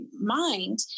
mind